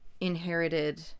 inherited